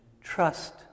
trust